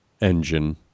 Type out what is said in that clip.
engine